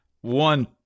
one